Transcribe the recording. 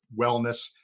wellness